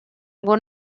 ngo